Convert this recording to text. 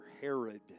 Herod